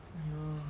!aiyo!